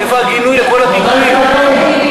איפה הגינוי לכל הפיגועים?